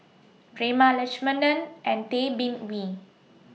Prema Letchumanan and Tay Bin Wee